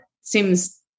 seems